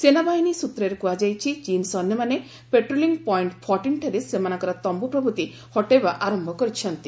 ସେନାବାହିନୀ ସୂତ୍ରରେ କୁହାଯାଇଛି ଚୀନ୍ ସୈନ୍ୟମାନେ ପାଟ୍ରୋଲିଂ ପଏଣ୍ଟ ଫୋଟିନ୍ ଠାରେ ସେମାନଙ୍କର ତମ୍ଭୁ ପ୍ରଭୂତି ହଟାଇବା ଆରମ୍ଭ କରିଛନ୍ତି